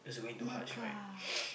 Mecca